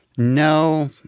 No